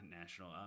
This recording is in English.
national